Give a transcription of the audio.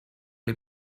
les